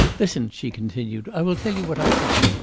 listen! she continued, i will tell you what i think.